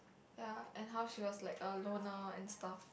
ya and how she was like alone now and stuffs